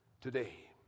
today